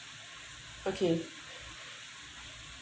okay